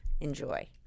Enjoy